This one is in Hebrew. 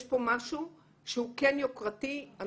יש פה משהו שהוא כן יוקרתי.